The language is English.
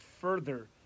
further